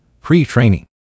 Pre-training